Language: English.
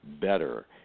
better